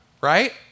right